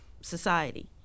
society